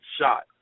shot